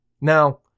Now